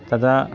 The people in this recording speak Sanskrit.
तदा